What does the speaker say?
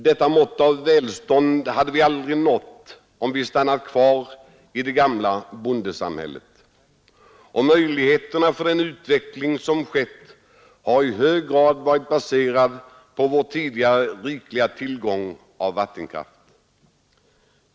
Detta mått av välstånd hade vi aldrig nått om vi stannat kvar i det gamla bondesamhället. Och möjligheterna för den utveckling som skett har i hög grad varit baserade på vår rikliga tillgång till vattenkraft.